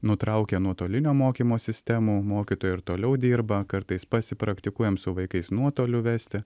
nutraukę nuotolinio mokymo sistemų mokytojai ir toliau dirba kartais pasipraktikuojam su vaikais nuotoliu vesti